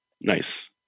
Nice